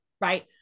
right